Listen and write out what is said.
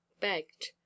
begged